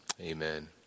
Amen